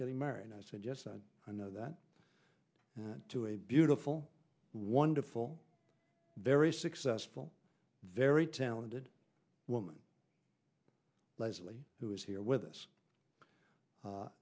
getting married and i said yes i know that to a beautiful wonderful very successful very talented woman leslie who is here with us a